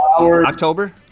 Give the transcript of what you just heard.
October